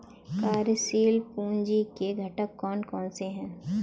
कार्यशील पूंजी के घटक कौन कौन से हैं?